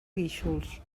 guíxols